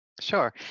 sure